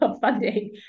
funding